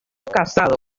casado